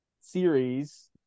series